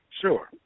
Sure